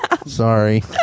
Sorry